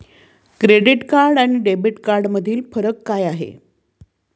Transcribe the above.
Credit card आणि debit कार्डमधील फरक काय आहे?